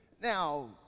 Now